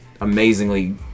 amazingly